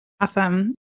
Awesome